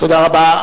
תודה רבה.